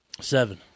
Seven